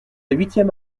huitième